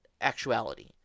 actuality